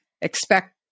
expect